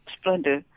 Splendor